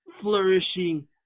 flourishing